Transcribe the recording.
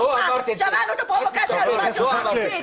שמענו אותך את הפרובוקציות שלך.